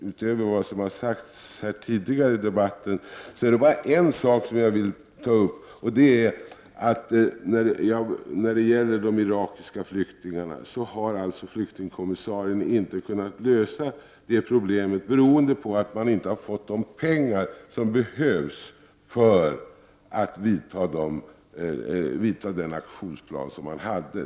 Utöver det som sagts tidigare i debatten är det bara en sak som jag vill ta upp, och det är att problemet med de irakiska flyktingarna har flyktingkommissarien inte kunnat lösa, beroende på att man inte har fått de pengar som behövs för att genomföra den aktionsplan man hade.